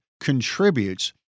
contributes